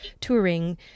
touring